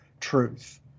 truth